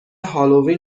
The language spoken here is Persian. هالوین